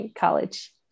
college